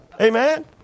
Amen